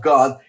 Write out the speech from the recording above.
God